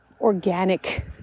organic